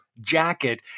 jacket